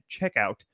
checkout